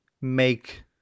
make